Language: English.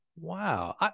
Wow